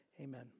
amen